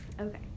Okay